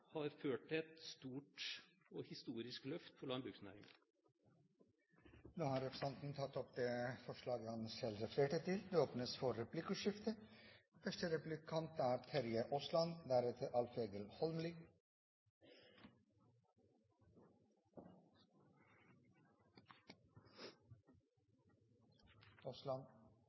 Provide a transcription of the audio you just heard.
har ført til et stort og historisk løft for landbruksnæringen. Representanten Steinar Reiten har tatt opp det forslag han refererte til. Det blir replikkordskifte. Det er